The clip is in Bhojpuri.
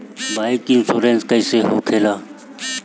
बाईक इन्शुरन्स कैसे होखे ला?